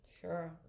Sure